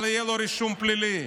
אבל יהיה לו רישום פלילי.